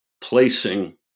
placing